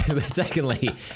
secondly